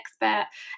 expert